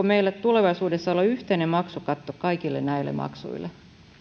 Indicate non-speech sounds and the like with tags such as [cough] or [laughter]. [unintelligible] meillä tulevaisuudessa olla yhteinen maksukatto kaikille näille maksuille